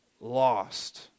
lost